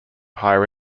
higher